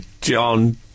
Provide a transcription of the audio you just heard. John